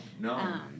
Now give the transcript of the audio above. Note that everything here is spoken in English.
no